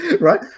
right